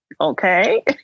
Okay